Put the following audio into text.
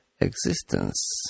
existence